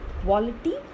quality